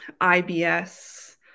IBS